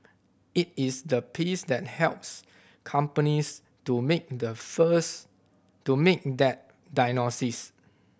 it is the piece that helps companies to make the first to make that diagnosis